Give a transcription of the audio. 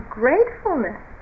gratefulness